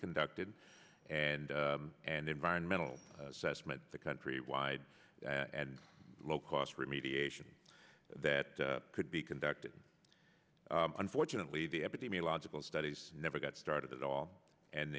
conducted and and environmental assessment the country wide and low cost remediation that could be conducted unfortunately the epidemiological studies never got started at all and